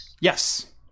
Yes